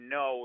no